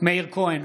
מאיר כהן,